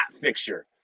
fixture